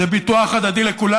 זה ביטוח הדדי לכולם.